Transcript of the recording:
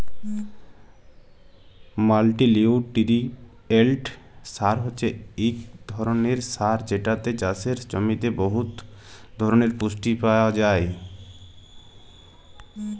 মাল্টিলিউটিরিয়েল্ট সার হছে ইক ধরলের সার যেটতে চাষের জমিতে বহুত ধরলের পুষ্টি পায়